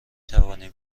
توانی